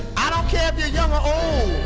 i don't care if you're young or old